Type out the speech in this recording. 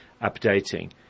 updating